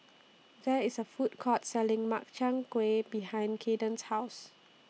There IS A Food Court Selling Makchang Gui behind Kayden's House